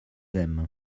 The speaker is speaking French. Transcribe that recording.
aiment